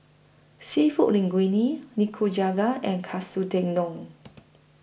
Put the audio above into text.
Seafood Linguine Nikujaga and Katsu Tendon